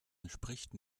entspricht